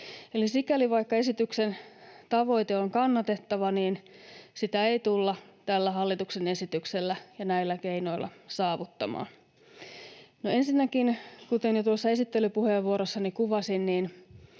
sikäli, vaikka esityksen tavoite on kannatettava, sitä ei tulla tällä hallituksen esityksellä ja näillä keinoilla saavuttamaan. No ensinnäkin, kuten jo tuossa esittelypuheenvuorossani kuvasin,